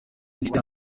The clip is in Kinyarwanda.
inshuti